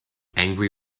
angry